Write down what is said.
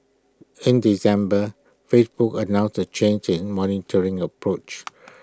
in December Facebook announced A changing monitoring approach